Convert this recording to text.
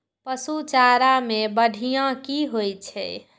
पशु चारा मैं बढ़िया की होय छै?